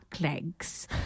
legs